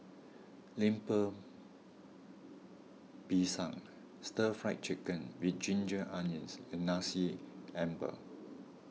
Lemper Pisang Stir Fried Chicken with Ginger Onions and Nasi Ambeng